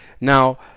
Now